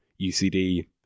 UCD